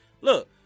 Look